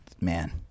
Man